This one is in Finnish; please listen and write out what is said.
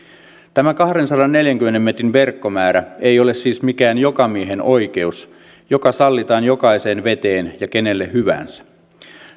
tämä kahdensadanneljänkymmenen metrin verkkomäärä ei ole siis mikään jokamiehenoikeus joka sallitaan jokaiseen veteen ja kenelle hyvänsä